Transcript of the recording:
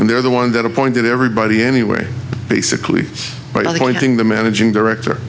and they're the one that appointed everybody anyway basically but i think one thing the managing director